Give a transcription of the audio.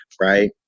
right